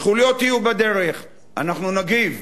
חוליות יהיו בדרך אנחנו נגיב,